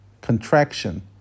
contraction